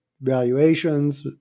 valuations